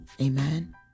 amen